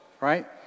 right